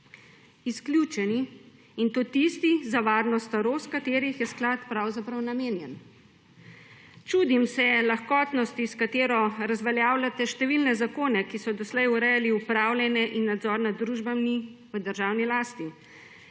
Izključeni in to tisti, za varno starost, katerih je sklad pravzaprav namenjen. Čudim se lahkotnosti, s katero razveljavljate številne zakona, ki so doslej urejali upravljanje in nadzor nad družbami v državni lasti,